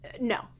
No